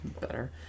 better